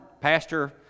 pastor